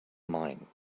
mine